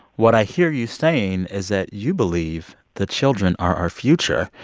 what i hear you saying is that you believe the children are our future.